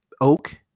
oak